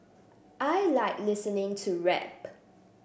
I like listening to rap